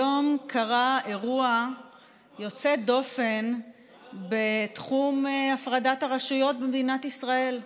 היום קרה אירוע יוצא דופן בתחום הפרדת הרשויות במדינת ישראל.